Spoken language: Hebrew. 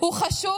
הוא חשוב,